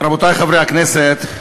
רבותי חברי הכנסת,